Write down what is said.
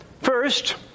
First